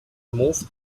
moved